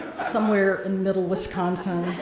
somewhere in middle wisconsin.